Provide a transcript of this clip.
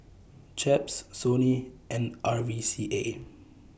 Chaps Sony and R V C A